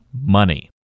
money